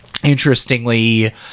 Interestingly